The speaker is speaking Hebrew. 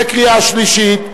(תיקון מס' 67) בקריאה שלישית.